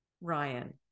Ryan